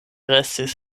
restis